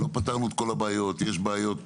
לא פתרנו את כל הבעיות, יש בעיות